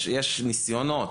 יש ניסיונות,